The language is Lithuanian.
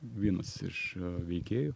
vienas iš veikėjų